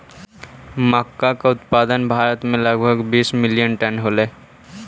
मक्का का उत्पादन भारत में लगभग बीस मिलियन टन होलई